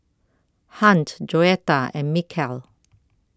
Hunt Joetta and Mikel